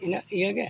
ᱤᱱᱟᱹᱜ ᱤᱭᱟᱹ ᱜᱮ